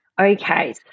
Okay